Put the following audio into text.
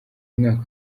mwaka